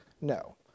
No